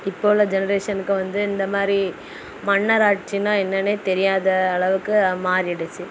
இப்போ உள்ள ஜெனரேஷனுக்கு வந்து இந்த மாதிரி மன்னர் ஆட்சினால் என்னன்னே தெரியாத அளவுக்கு மாறிடுச்சு